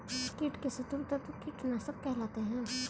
कीट के शत्रु तत्व कीटनाशक कहलाते हैं